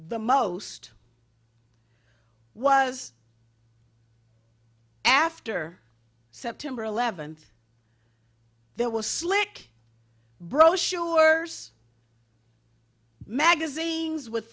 the most was after september eleventh there was slick brochures magazines with